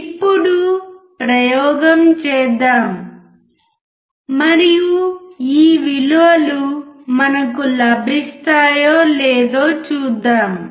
ఇప్పుడు ప్రయోగం చేద్దాం మరియు ఈ విలువలు మనకు లభిస్తాయో లేదో చూద్దాం